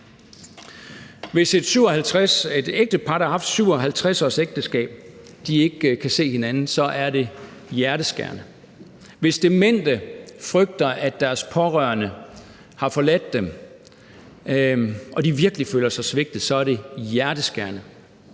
Hvis et ægtepar, der har haft 57 års ægteskab, ikke kan se hinanden, er det hjerteskærende. Hvis demente frygter, at deres pårørende har forladt dem, og de virkelig føler sig svigtet, er det hjerteskærende.